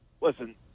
Listen